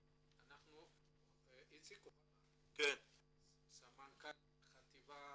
איציק אוחנה סמנכ"ל חטיבת